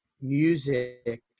music